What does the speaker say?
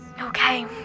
Okay